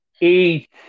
Eight